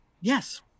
Yes